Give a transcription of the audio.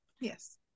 Yes